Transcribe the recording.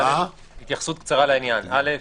ראשית,